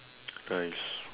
rice